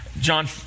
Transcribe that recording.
John